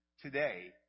today